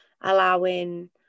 allowing